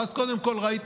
ואז קודם כול ראית